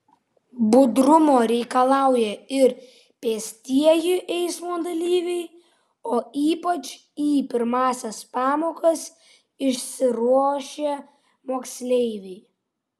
budrumo reikalauja ir pėstieji eismo dalyviai o ypač į pirmąsias pamokas išsiruošę moksleiviai